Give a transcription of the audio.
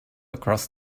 across